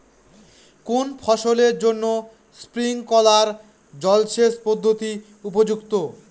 কোন ফসলের জন্য স্প্রিংকলার জলসেচ পদ্ধতি উপযুক্ত?